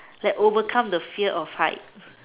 like overcome you know the fear of heights